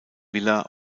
villa